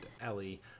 Ellie